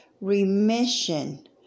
remission